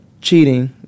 cheating